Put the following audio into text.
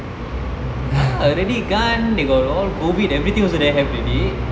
ready gun they got all COVID everything also there have already